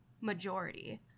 majority